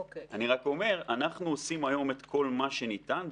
אני רק אומר: אנחנו עושים היום את כל מה שניתן,